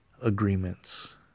Agreements